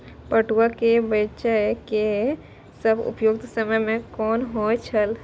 पटुआ केय बेचय केय सबसं उपयुक्त समय कोन होय छल?